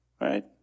right